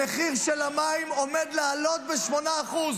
המחיר של המים עומד לעלות ב-8%.